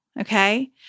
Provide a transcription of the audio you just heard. okay